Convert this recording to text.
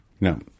No